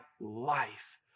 life